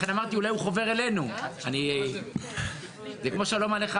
לכן אמרתי אולי הוא חובר עלינו -- לא הייתי מרוכז,